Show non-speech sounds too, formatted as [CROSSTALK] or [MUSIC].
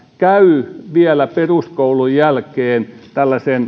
käy vielä peruskoulun jälkeen tällaisen [UNINTELLIGIBLE]